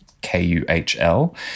K-U-H-L